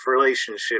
relationship